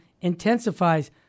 intensifies